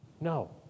No